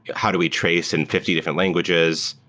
yeah how do we trace in fifty different languages?